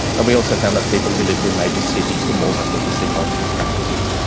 and we also found that people who lived in major cities were more likely to see multiple practices,